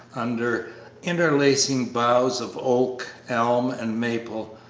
under interlacing boughs of oak, elm, and maple,